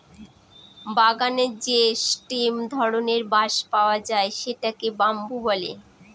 বাগানে যে স্টেম ধরনের বাঁশ পাওয়া যায় সেটাকে বাম্বু বলে